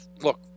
look